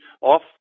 off